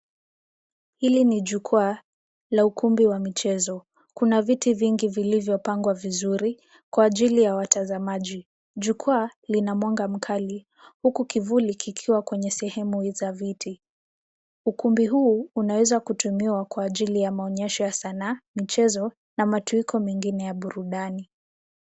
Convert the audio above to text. Hili ni jukwaa la ukumbi wa michezo. Kuna viti vingi vilivyopangwa vizuri kwa ajili ya watazamaji. Jukwaa lina mwanga mkali uku kivuli kikiwa kwenye sehemu za viti. Ukumbi huu unaweza kutumiwa kwa ajili ya maonyesho ya sanaa, michezo na matuiko mengine ya burudani.